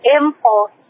impulse